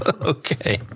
Okay